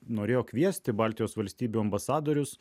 norėjo kviesti baltijos valstybių ambasadorius